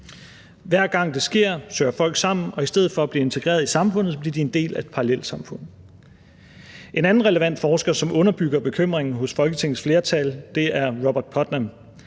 Hver gang det sker, søger folk sammen, og i stedet for at blive integreret i samfundet, bliver de en del af et parallelsamfund. En anden relevant forsker, som underbygger bekymring hos Folketingets flertal, er Robert Putnam.